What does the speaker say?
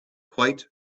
quite